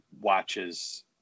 watches